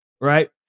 Right